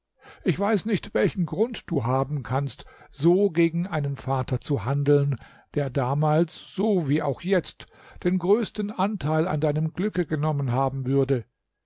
ich weiß nicht welchen grund du haben kannst so gegen einen vater zu handeln der damals so wie auch jetzt den größten anteil an deinem glücke genommen haben würde